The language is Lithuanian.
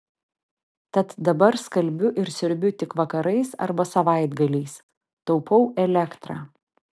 tad dabar skalbiu ar siurbiu tik vakarais arba savaitgaliais taupau elektrą